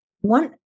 one